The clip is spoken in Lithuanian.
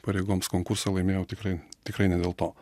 pareigoms konkursą laimėjau tikrai tikrai ne dėl to